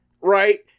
right